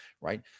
right